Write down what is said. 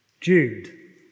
Jude